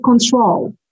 control